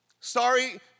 Sorry